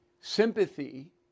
sympathy